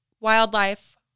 wildlife